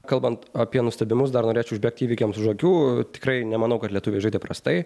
kalbant apie nustebimus dar norėčiau užbėgt įvykiams už akių tikrai nemanau kad lietuviai žaidė prastai